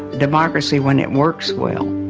democracy when it works well,